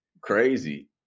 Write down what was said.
Crazy